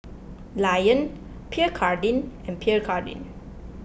Lion Pierre Cardin and Pierre Cardin